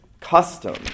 custom